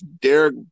Derek